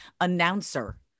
announcer